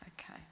okay